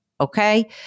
Okay